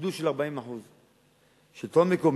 גידול של 40%. שלטון מקומי: